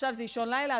עכשיו זה אישון לילה,